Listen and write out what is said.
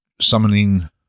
summoning